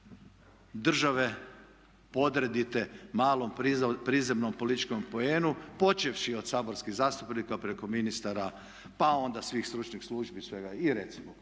države podredite malom prizemnom političkom poenu počevši od saborskih zastupnika preko ministara pa onda svih stručnih službi i svega